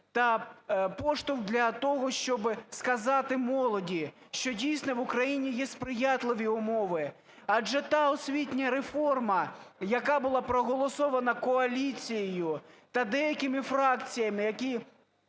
поштовх для того, щоби сказати молоді, що дійсно в Україні є сприятливі умови. Адже та освітня реформа, яка була проголосована коаліцією та деякими фракціями, які